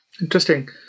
Interesting